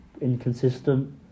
Inconsistent